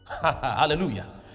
Hallelujah